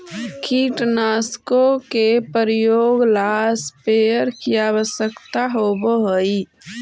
कीटनाशकों के प्रयोग ला स्प्रेयर की आवश्यकता होव हई